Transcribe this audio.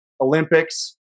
olympics